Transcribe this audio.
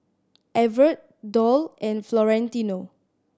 Evertt Doll and Florentino